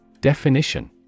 Definition